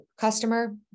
customer